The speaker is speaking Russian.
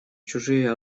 чужие